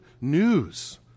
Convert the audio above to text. news